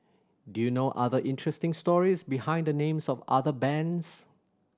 do you know other interesting stories behind the names of other bands